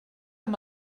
amb